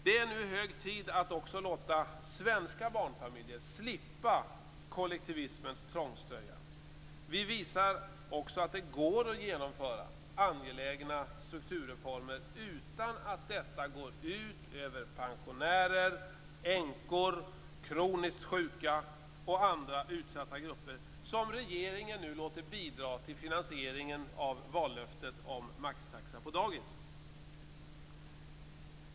Det är nu hög tid att också låta svenska barnfamiljer slippa kollektivismens tvångströja. Vi visar också att det går att genomföra angelägna strukturreformer utan att detta går ut över pensionärer, änkor, kroniskt sjuka och andra utsatta grupper som regeringen nu låter bidra till finansieringen av vallöftet om maxtaxa på dagis.